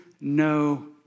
no